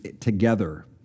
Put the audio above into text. together